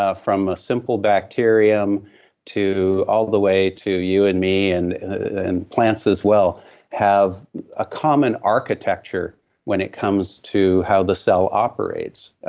ah from a simple bacterium to all the way to you and me and and plants as well have a common architecture when it comes to how the cell operates.